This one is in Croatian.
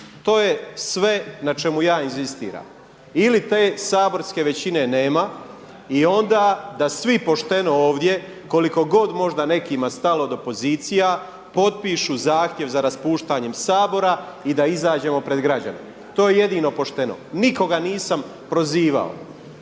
To je sve na čemu ja inzistiram. Ili te saborske većine nema i onda da svi pošteno ovdje, koliko god možda nekima stalo do pozicija potpišu zahtjev za raspuštanjem Sabora i da izađemo pred građane. To je jedino pošteno, nikoga nisam prozivao.